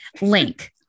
Link